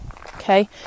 Okay